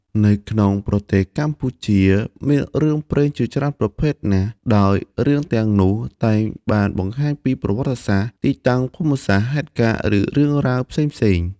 នៅក្នុងប្រទេសកម្ពុជា មានរឿងព្រេងជាច្រើនជាប្រភេទណាស់ ដោយរឿងទាំងនោះតែងបានបង្ហាញពី ប្រវត្តិសាស្រ្ដ ទីតាំងភូមិសាស្រ្ដ ហេតុការណ៍ ឬរឿងរ៉ាវផ្សេងៗ។